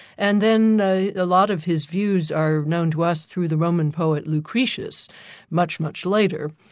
and then a lot of his views are known to us through the roman poet lucretius much, much later.